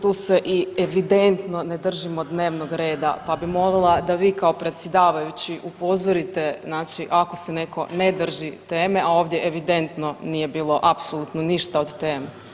Tu se i evidentno ne držimo dnevnog reda, pa bih molila da vi kao predsjedavajući upozorite, znači ako se netko ne drži teme, a ovdje evidentno nije bilo apsolutno ništa od teme.